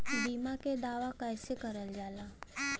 बीमा के दावा कैसे करल जाला?